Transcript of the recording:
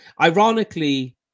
Ironically